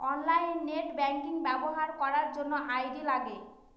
online net banking ব্যবহার করার জন্য আই.ডি লাগে